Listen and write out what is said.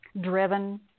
driven